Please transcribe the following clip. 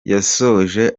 yasoje